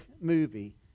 movie